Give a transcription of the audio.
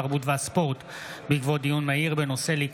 התרבות והספורט בעקבות דיון מהיר בהצעתם של חברי הכנסת דבי ביטון,